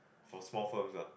for small firms lah